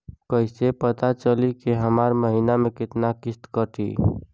कईसे पता चली की हमार महीना में कितना किस्त कटी?